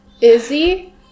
Izzy